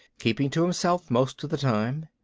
keeping to himself most of the time.